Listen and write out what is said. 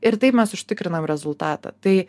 ir taip mes užtikrinam rezultatą tai